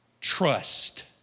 trust